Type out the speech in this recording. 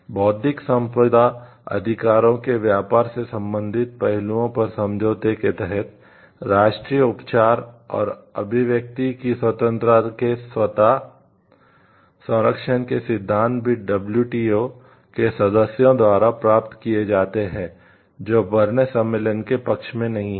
बौद्धिक संपदा अधिकारों के व्यापार से संबंधित पहलुओं पर समझौते के तहत राष्ट्रीय उपचार और अभिव्यक्ति की स्वतंत्रता के स्वत संरक्षण के सिद्धांत भी डब्ल्यूटीओ के सदस्यों द्वारा प्राप्त किए जाते हैं जो बर्न सम्मेलन के पक्ष में नहीं हैं